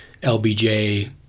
LBJ